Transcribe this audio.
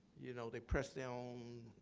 you know they press their own